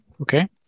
Okay